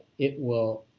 it will